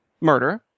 murder